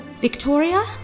Victoria